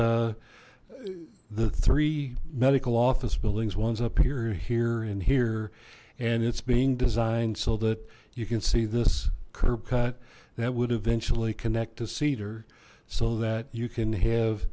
the three medical office buildings ones up here here and here and it's being designed so that you can see this curb cut that would eventually connect to cedar so that you can have